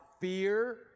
fear